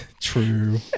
True